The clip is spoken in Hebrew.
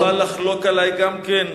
אתה תוכל לחלוק עלי גם כן.